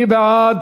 מי בעד?